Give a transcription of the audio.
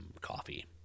coffee